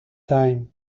time